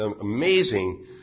amazing